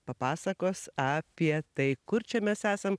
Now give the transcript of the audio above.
papasakos apie tai kur čia mes esam